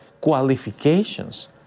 qualifications